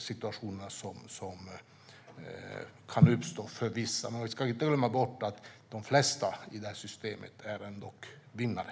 situationer som kan uppstå för vissa. Men vi ska inte glömma bort att de flesta i detta system ändock är vinnare.